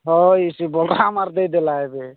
ହଁ ଦେଇଦେଲା ଏବେ